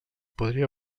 podria